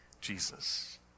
Jesus